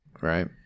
Right